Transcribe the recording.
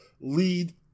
lead